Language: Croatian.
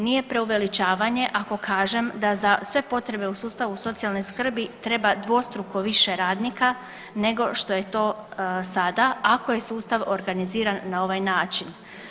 Nije preuveličavanje ako kažem da za sve potrebe u sustavu socijalne skrbi treba dvostruko više radnika nego što je to sada ako je sustav organiziran na ovaj način.